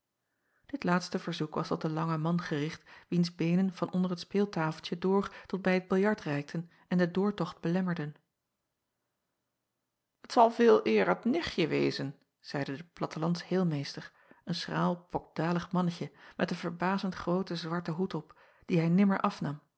it laatste verzoek was tot den langen man gericht wiens beenen van onder het speeltafeltje door tot bij het biljart reikten en den doortocht belemmerden t al veeleer het nichtje wezen zeide de plattelands heelmeester een schraal pokdalig mannetje met een verbazend grooten zwarten hoed op dien hij nimmer afnam